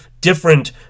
different